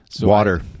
water